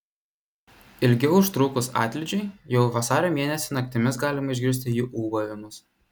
ilgiau užtrukus atlydžiui jau vasario mėnesį naktimis galima išgirsti jų ūbavimus